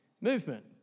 movement